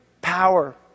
power